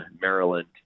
Maryland